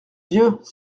vieux